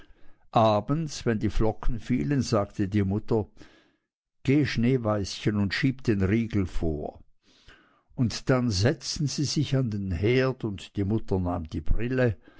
abends wenn die flocken fielen sagte die mutter geh schneeweißchen und schieb den riegel vor und dann setzten sie sich an den herd und die mutter nahm die brille